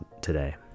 today